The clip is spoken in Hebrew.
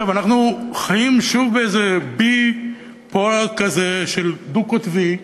אנחנו חיים שוב באיזה bipolar כזה, דו-קוטבי: